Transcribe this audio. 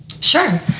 Sure